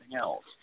else